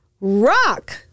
rock